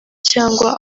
cyangwa